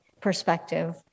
perspective